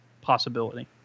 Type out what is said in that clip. possibility